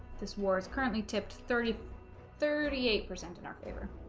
this war is currently tipped thirty thirty eight percent in our favor